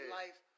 life